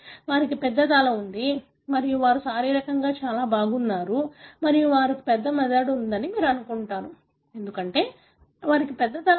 వారికి పెద్ద తల ఉంది మరియు వారు శారీరకంగా చాలా బాగున్నారు మరియు వారికి పెద్ద మెదడు ఉందని మీరు అనుకుంటారు ఎందుకంటే వారికి పెద్ద తల ఉంది